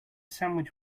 sandwich